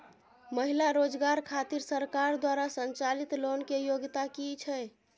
महिला रोजगार खातिर सरकार द्वारा संचालित लोन के योग्यता कि छै?